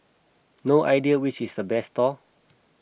no idea which is the best stall